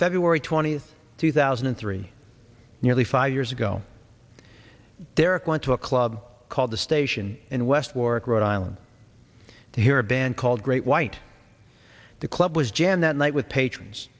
february twentieth two thousand and three nearly five years ago derek went to a club called the station in west warwick rhode island to hear a band called great white the club was jammed that night with patrons